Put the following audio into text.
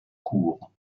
cours